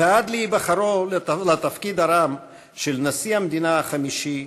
ועד להיבחרו לתפקיד הרם של נשיא המדינה החמישי,